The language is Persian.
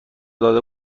داده